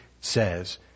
says